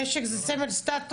נשק, זה סמל סטטוס.